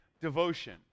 devotion